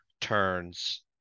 turns